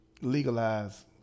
Legalize